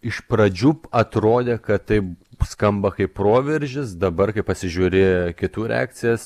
iš pradžių atrodė kad tai skamba kaip proveržis dabar kai pasižiūri kitų reakcijas